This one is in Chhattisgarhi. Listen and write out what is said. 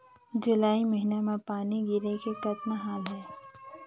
जुलाई महीना म पानी गिरे के कतना हाल हे?